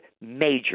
major